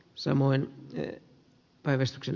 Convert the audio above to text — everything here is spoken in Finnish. samoin he päivystyksen